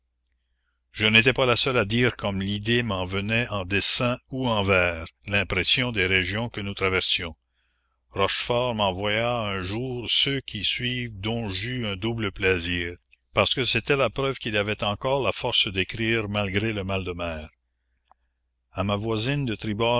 je n'étais pas la seule à dire comme l'idée m'en venait en dessin ou en vers l'impression des régions que nous traversions rochefort m'envoya un jour ceux qui suivent dont j'eus un la commune double plaisir parce que c'était la preuve qu'il avait encore la force d'écrire malgré le mal de mer